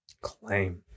Claim